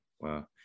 Wow